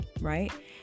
Right